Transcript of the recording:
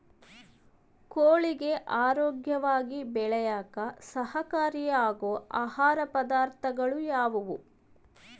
ಕೋಳಿಗೆ ಆರೋಗ್ಯವಾಗಿ ಬೆಳೆಯಾಕ ಸಹಕಾರಿಯಾಗೋ ಆಹಾರ ಪದಾರ್ಥಗಳು ಯಾವುವು?